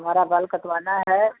हमारा बाल कटवाना है